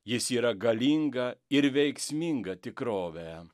jis yra galinga ir veiksminga tikrovė